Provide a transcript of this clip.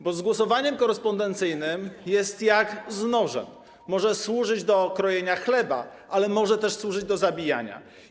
Bo z głosowaniem korespondencyjnym jest jak z nożem: może służyć do krojenia chleba, ale może też służyć do zabijania.